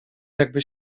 jakby